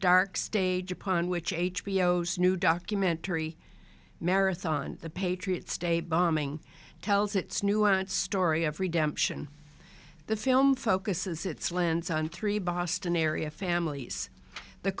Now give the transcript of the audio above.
dark stage upon which h b o s new documentary marathon the patriots day bombing tells its nuance story of redemption the film focuses its lens on three boston area families the